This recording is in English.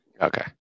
Okay